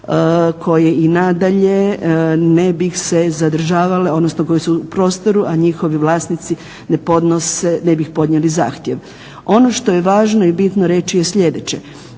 koje i nadalje ne bi se zadržavale, odnosno koje su u prostoru, a njihovi vlasnici ne bi podnijeli zahtjev. Ono što je važno i bitno reći je sljedeće: